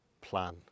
plan